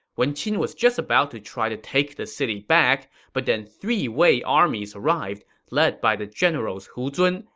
wen qin was just about to try to take the city back, but then three wei armies all arrived, led by the generals hu zun,